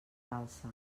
alce